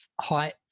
height